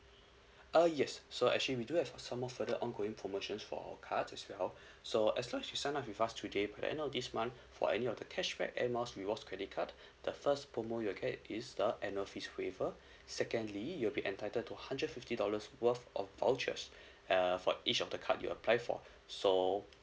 uh yes so actually we do have some more further ongoing promotions for our cards as well so as long as you sign up with us today by the end of this month for any of the cashback Air Miles rewards credit card the first promo you get is the annual fee waiver secondly you'll be entitled to hundred fifty dollars worth of vouchers err for each of the card you apply for so